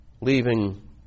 leaving